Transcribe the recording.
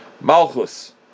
Malchus